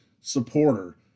supporter